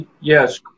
Yes